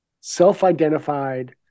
self-identified